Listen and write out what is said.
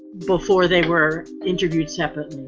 before they were interviewed separately